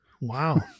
Wow